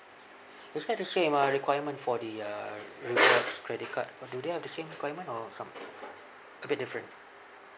is that the same uh requirement for the uh rewards credit card do they have the same requirement or some a bit different